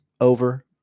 over